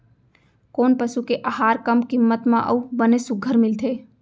कोन पसु के आहार कम किम्मत म अऊ बने सुघ्घर मिलथे?